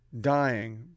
dying